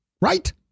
Right